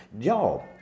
Y'all